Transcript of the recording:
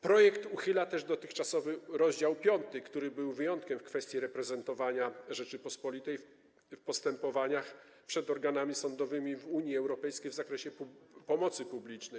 Projekt uchyla dotychczasowy rozdział 5, który był wyjątkiem w kwestii reprezentowania Rzeczypospolitej w postępowaniach przed organami sądowymi Unii Europejskiej w zakresie pomocy publicznej.